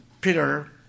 Peter